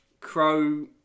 Crow